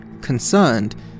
concerned